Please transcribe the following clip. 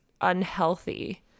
unhealthy